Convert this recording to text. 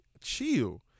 chill